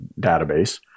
database